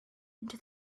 into